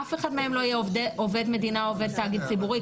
אף אחד מהם לא יהיה עובד מדינה או עובד תאגיד ציבורי.